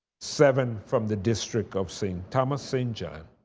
seven from the district of st. thomas, st. john,